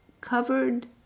covered